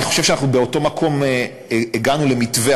אני חושב שאנחנו באותו מקום הגענו למתווה,